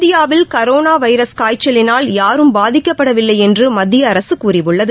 இந்தியாவில் கரோனாவைரஸ் காய்ச்சலினால் யாரும் பாதிக்கப்படவில்லைஎன்றுமத்திய அரசுகூறியுள்ளது